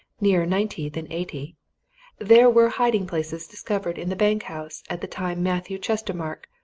nearer ninety than eighty there were hiding-places discovered in the bank-house at the time matthew chestermarke,